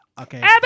Okay